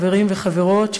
חברים וחברות,